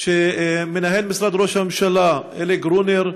שמנהל משרד ראש הממשלה אלי גרונר,